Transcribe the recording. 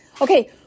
okay